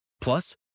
Plus